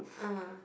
ah